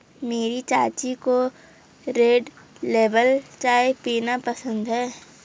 मेरी चाची को रेड लेबल चाय पीना पसंद है